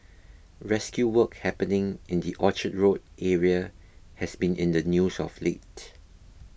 rescue work happening in the Orchard Road area has been in the news of late